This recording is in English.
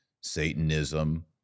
Satanism